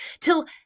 till